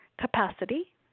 capacity